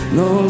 no